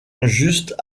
juste